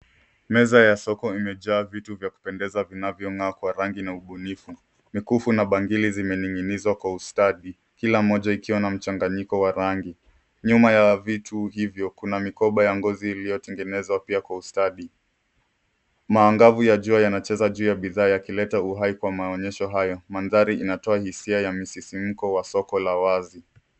Meza ya soko imejaa vitu vya kupendeza vinavyong'aa kwa rangi na ubunifu. Mikufu na bangili zimening'inizwa kwa ustadi. Kila moja ikiwa na mchanganyiko wa rangi. Nyuma ya vitu hivyo kuna mikoba ya ngozi iliyotengenezwa pia kwa ustadi. Maangavu ya jua yanacheza juu ya bidhaa yakileta uhai kwa maonyesho hayo. Mandhari inatoa hisia ya msisimko wa soko la wazi.